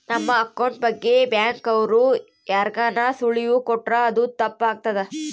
ನಮ್ ಅಕೌಂಟ್ ಬಗ್ಗೆ ಬ್ಯಾಂಕ್ ಅವ್ರು ಯಾರ್ಗಾನ ಸುಳಿವು ಕೊಟ್ರ ಅದು ತಪ್ ಆಗ್ತದ